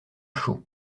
chaud